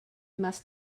must